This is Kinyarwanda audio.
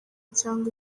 cyangwa